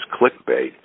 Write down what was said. clickbait